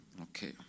Okay